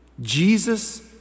Jesus